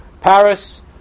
Paris